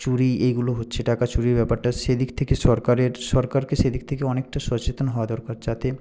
চুরি এইগুলো হচ্ছে টাকা চুরির ব্যাপারটা সেদিক থেকে সরকারের সরকারকে সেদিক থেকে অনেকটা সচেতন হওয়া দরকার যাতে